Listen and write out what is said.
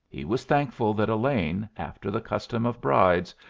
he was thankful that elaine, after the custom of brides,